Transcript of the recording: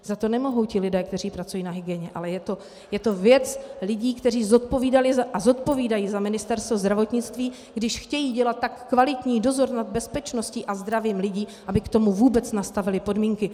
Za to nemohou lidé, kteří pracují na hygieně, ale je to věc lidí, kteří zodpovídali a zodpovídají za Ministerstvo zdravotnictví, když chtějí dělat tak kvalitní dozor nad bezpečností a zdravím lidí, aby k tomu vůbec nastavili podmínky.